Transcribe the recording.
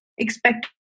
Expect